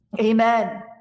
Amen